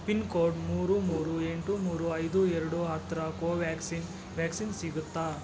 pin code ಮೂರು ಮೂರು ಎಂಟು ಮೂರು ಐದು ಎರಡು ಹತ್ರ ಕೋವ್ಯಾಕ್ಸಿನ್ ವ್ಯಾಕ್ಸಿನ್ ಸಿಗುತ್ತಾ